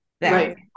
Right